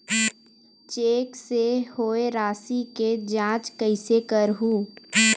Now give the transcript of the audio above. Cheque से होए राशि के जांच कइसे करहु?